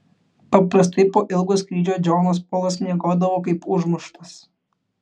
paprastai po ilgo skrydžio džonas polas miegodavo kaip užmuštas